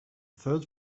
third